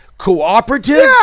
cooperative